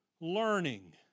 learning